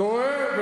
טועה.